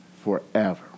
forever